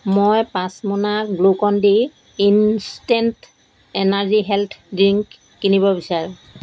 মই পাঁচ মোনা Glucon D instant energy health drink কিনিব বিচাৰোঁ